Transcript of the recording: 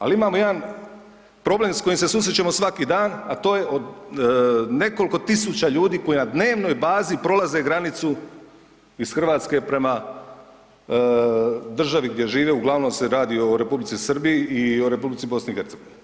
Al imamo jedan problem s kojim se susrećemo svaki dan, a to je nekoliko tisuća ljudi koja na dnevnoj bazi prolaze granicu iz RH prema državi gdje žive, uglavnom se radi o Republici Srbiji i o Republici BiH.